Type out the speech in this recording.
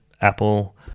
Apple